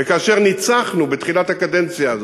וכאשר ניצחנו בתחילת הקדנציה הזאת,